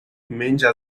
menja